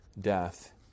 death